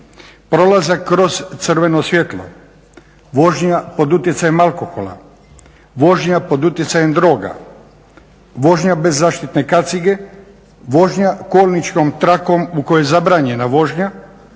prolazak kroz crveno svjetlo, vožnja pod utjecajem alkohola, vožnja pod utjecajem droga, vožnja bez zaštitne kacige, vožnja kolničkom trakom u kojoj je zabranjena vožnja